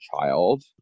child